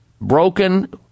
broken